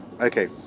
Okay